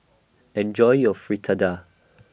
Enjoy your Fritada